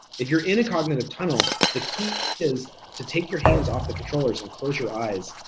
if you're in a cognitive tunnel, the key is to take your hands off the controllers and close your eyes,